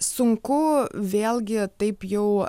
sunku vėlgi taip jau